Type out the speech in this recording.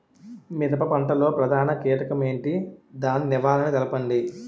మిరప పంట లో ప్రధాన కీటకం ఏంటి? దాని నివారణ తెలపండి?